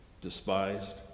despised